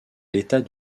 l’état